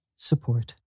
Support